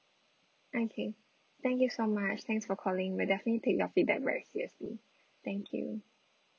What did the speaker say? okay thank you so much thanks for calling we'll definitely take your feedback very seriously thank you